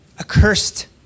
accursed